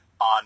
on